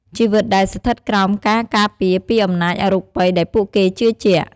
ជីវិតដែលស្ថិតក្រោមការការពារពីអំណាចអរូបីដែលពួកគេជឿជាក់។